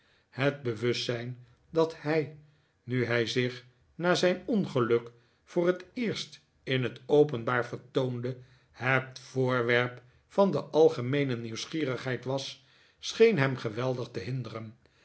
het bewustzijn dat hij nu hij zich na zijn ongeluk voor het eerst in het openbaar vertoonde het voorwerp van de algemeene nieuwsgierigheid was scheen hem geweldig te hinderen